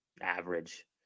average